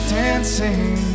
dancing